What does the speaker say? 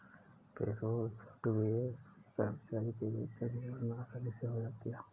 payroll software से कर्मचारी के वेतन की गणना आसानी से हो जाता है